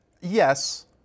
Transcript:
yes